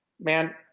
man